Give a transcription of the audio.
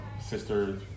sister